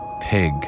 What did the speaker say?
Pig